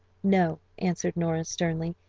no, answered nora, sternly,